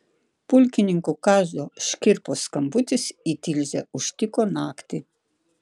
pulkininko kazio škirpos skambutis į tilžę užtiko naktį